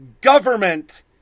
Government